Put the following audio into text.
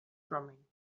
drumming